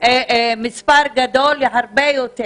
מספר גדול הרבה יותר,